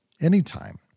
anytime